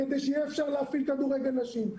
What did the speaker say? כדי שיהיה אפשר להפעיל כדורגל נשים.